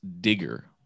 Digger